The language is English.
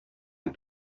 and